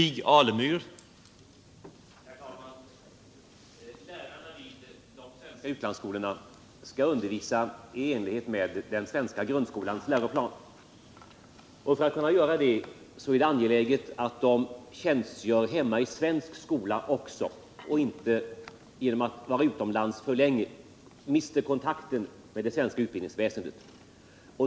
Herr talman! Lärarna vid de svenska utlandsskolorna skall undervisa i enlighet med den svenska grundskolans läroplan. För att göra det är det angeläget att de tjänstgör hemma i svensk skola också och inte genom att vara utomlands för länge mister kontakten med det svenska utbildningsväsendet.